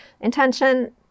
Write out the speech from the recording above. intention